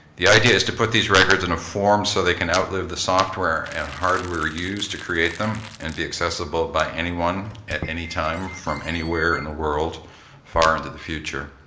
the idea is to put these records in a form so they can outlive the software and hardware used to create them and be accessible by anyone at anytime from anywhere in the world far into the future.